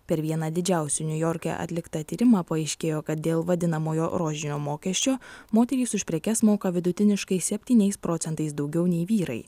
per vieną didžiausių niujorke atliktą tyrimą paaiškėjo kad dėl vadinamojo rožinio mokesčio moterys už prekes moka vidutiniškai septyniais procentais daugiau nei vyrai